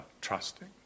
trusting